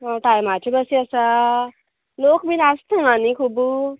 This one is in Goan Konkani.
आं टायमाची कशी आसा लोक बीन आसता आनी न्हू खूब